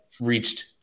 reached